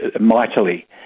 mightily